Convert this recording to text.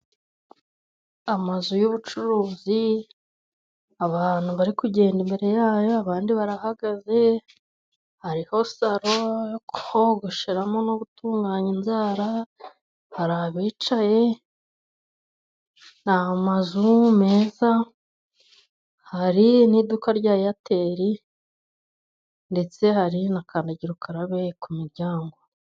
Amazu y'ubucuruzi, abantu bari kugenda imbere ya yo, abandi barahagaze, hariho saro yo kosheramo no gutunganya inzara, hari abicaye, ni amazu meza, hari n'iduka rya Eyateri ndetse hari na kandagira ukararabe ku miryango.